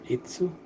Itsu